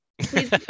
please